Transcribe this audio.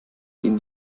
ihn